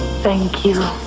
thank you.